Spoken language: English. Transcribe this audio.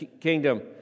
kingdom